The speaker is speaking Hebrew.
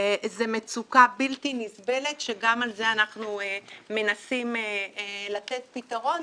זו מצוקה בלתי נסבלת שגם על זה אנחנו מנסים לתת פתרון.